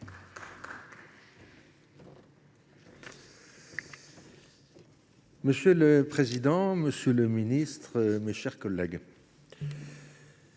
Monsieur le président, monsieur le ministre, mes chers collègues,